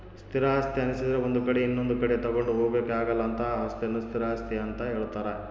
ಸ್ಥಿರ ಆಸ್ತಿ ಅನ್ನಿಸದ್ರೆ ಒಂದು ಕಡೆ ಇನೊಂದು ಕಡೆ ತಗೊಂಡು ಹೋಗೋಕೆ ಆಗಲ್ಲ ಅಂತಹ ಅಸ್ತಿಯನ್ನು ಸ್ಥಿರ ಆಸ್ತಿ ಅಂತ ಹೇಳ್ತಾರೆ